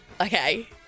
Okay